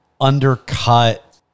undercut